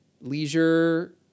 leisure